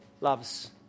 loves